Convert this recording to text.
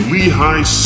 Lehigh